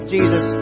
Jesus